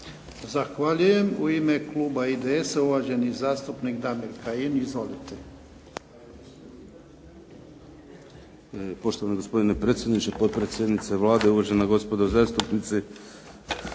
Zahvaljujem. U ime kluba IDS-a uvaženi zastupnik Damir Kajin. Izvolite.